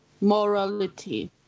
morality